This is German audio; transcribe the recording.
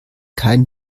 kein